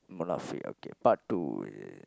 Munafik okay part two